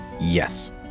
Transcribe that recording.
Yes